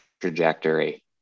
trajectory